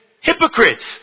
hypocrites